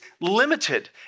limited